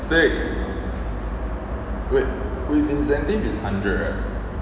sick wait with incentives is hundred right